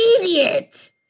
idiot